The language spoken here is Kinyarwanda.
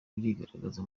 birigaragaza